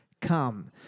come